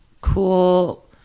cool